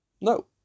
No